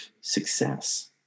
success